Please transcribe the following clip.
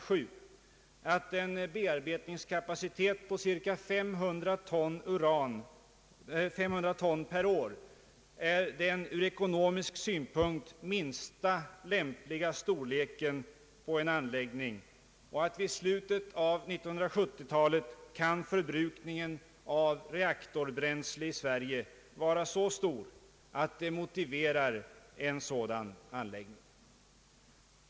7 att en bearbeiningskapacitet av cirka 500 ton per år är den ur ekonomisk synpunkt minsta lämpliga storleken på en anläggning, och att vid slu tet av 1970-talet förbrukningen av reaktorbränsle i Sverige kan vara så stor att en sådan anläggning är motiverad.